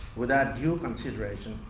without due consideration,